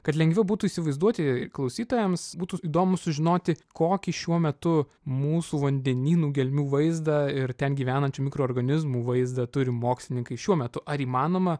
kad lengviau būtų įsivaizduoti klausytojams būtų įdomu sužinoti kokį šiuo metu mūsų vandenynų gelmių vaizdą ir ten gyvenančių mikroorganizmų vaizdą turi mokslininkai šiuo metu ar įmanoma